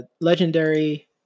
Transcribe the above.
legendary